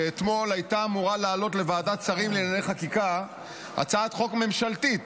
שאתמול הייתה אמורה לעלות לוועדת שרים לענייני חקיקה הצעת חוק ממשלתית,